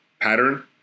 pattern